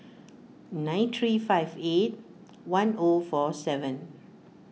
nine three five eight one O four seven